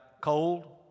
cold